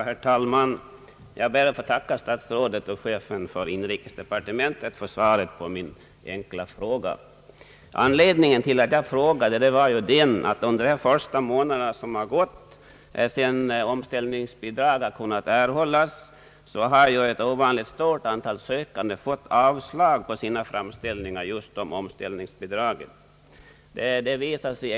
Herr talman! Jag ber att få tacka statsrådet och chefen för inrikesdepartementet för svaret på min enkla fråga. Anledningen till att jag ställde den var att under de första månader som gått sedan omställningsbidrag har kunnat erhållas ett ovanligt stort antal sökande fått avslag på sina framställningar om sådant bidrag.